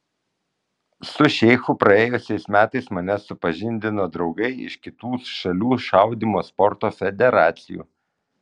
su šeichu praėjusiais metais mane supažindino draugai iš kitų šalių šaudymo sporto federacijų